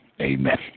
Amen